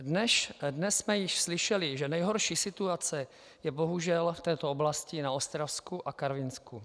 Dnes jsme již slyšeli, že nejhorší situace je bohužel v této oblasti na Ostravsku a v Karvinsku.